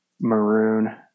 maroon